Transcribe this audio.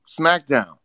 SmackDown